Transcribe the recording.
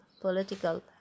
political